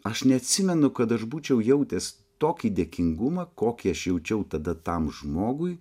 aš neatsimenu kad aš būčiau jautęs tokį dėkingumą kokį aš jaučiau tada tam žmogui